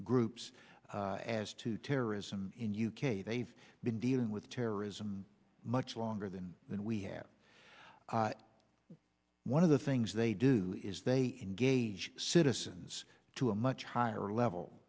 groups as to terrorism in u k they've been dealing with terrorism much longer than than we have one of the things they do is they engage citizens to a much higher level